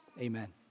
Amen